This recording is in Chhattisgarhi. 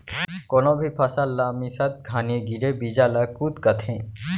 कोनो भी फसल ला मिसत घानी गिरे बीजा ल कुत कथें